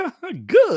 Good